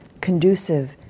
conducive